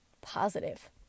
positive